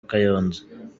kayonza